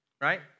right